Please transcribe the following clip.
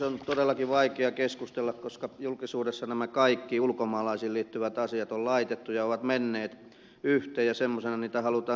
on todellakin vaikea keskustella koska julkisuudessa nämä kaikki ulkomaalaisiin liittyvät asiat on laitettu ja ovat menneet yhteen ja semmoisena niitä halutaan sitten käsitellä